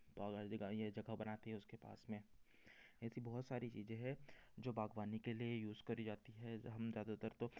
जगह उसके पास में ऐसी बहुत सारी चीज़ें हैं जो बाग़वानी के लिए यूज़ करी जाती हैं हम ज़्यादातर तो